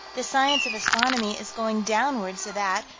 the science of astronomy is going downward so that,